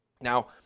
Now